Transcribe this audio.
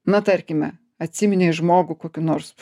na tarkime atsiminei žmogų kokį nors